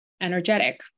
Energetic